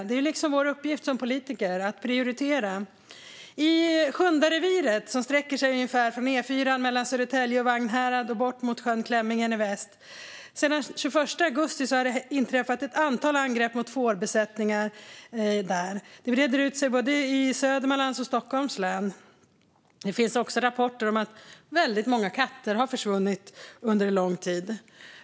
Det är liksom vår uppgift som politiker att prioritera. Sjundareviret sträcker sig ungefär från E4:an mellan Södertälje och Vagnhärad bort mot sjön Klämmingen i väst. Sedan den 21 augusti har det inträffat ett antal angrepp mot fårbesättningar i reviret, som breder ut sig i både Södermanlands och Stockholms län. Det finns också rapporter om att väldigt många katter har försvunnit under lång tid.